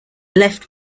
left